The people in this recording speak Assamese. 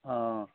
অঁ